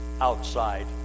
outside